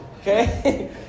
Okay